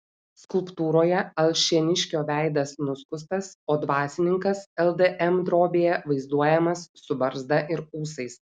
skulptūroje alšėniškio veidas nuskustas o dvasininkas ldm drobėje vaizduojamas su barzda ir ūsais